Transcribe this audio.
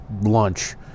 lunch